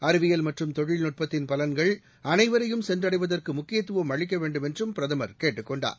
அறிவியல் மற்றும் தொழில்நுட்பத்தின் பலன்கள் அனைவரையும் சென்றடைவதற்கு முக்கியத்துவம் அளிக்க வேண்டும் என்றும் பிரதமர் கேட்டுக்கொண்டார்